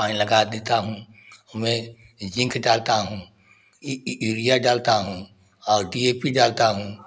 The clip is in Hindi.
पानी लगा देता हूँ मैं जिंक डालता हूँ इरिया डालता हूँ और डी ए पी डालता हूँ